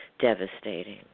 devastating